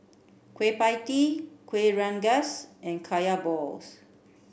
Kueh Pie Tee Kuih Rengas and Kaya Balls